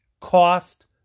cost